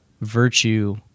virtue